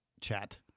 chat